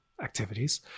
activities